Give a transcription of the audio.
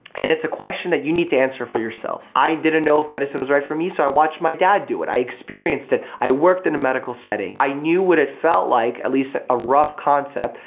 and it's a question that you need to answer for yourself. i didn't know if medicine was right for me so i watched my dad do it. i experienced it, i worked in a medical setting, i knew what it felt like, at least a rough concept,